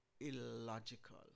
illogical